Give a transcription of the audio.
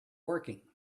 working